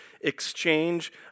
Exchange